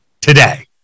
today